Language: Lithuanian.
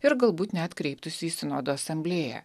ir galbūt net kreiptųsi į sinodo asamblėją